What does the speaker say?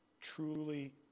Truly